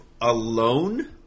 alone